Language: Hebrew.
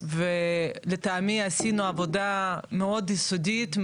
ולטעמי עשינו עבודה מאוד יסודית,